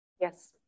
Yes